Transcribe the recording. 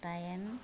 दाइन